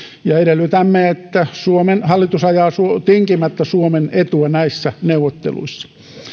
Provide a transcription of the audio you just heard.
ja edellytämme että suomen hallitus ajaa tinkimättä suomen etua näissä neuvotteluissa